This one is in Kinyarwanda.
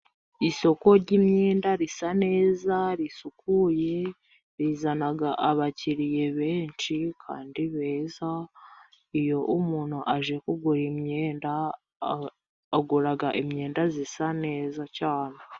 Isoko ry'imyenda risa neza risukuye, rizana abakiriya benshi kandi beza, iyo umuntu aje kugura imyenda agura imyenda isa neza cyane.